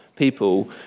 people